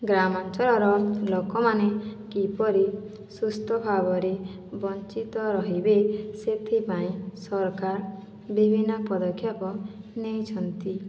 ଗ୍ରାମାଞ୍ଚଳର ଲୋକମାନେ କିପରି ସୁସ୍ଥ ଭାବରେ ବଞ୍ଚିତ ରହିବେ ସେଥିପାଇଁ ସରକାର ବିଭିନ୍ନ ପଦକ୍ଷେପ ନେଇଛନ୍ତି